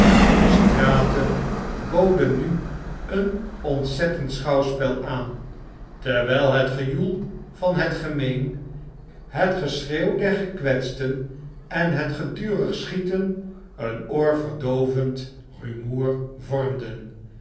e straten boden nu een ontzettend schouwspel aan terwijl het geioel van het gemeen het geschreeuw der gekwetsten en het gedurig schieten een verdoovend rumoer